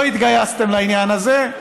לא התגייסתם לעניין הזה.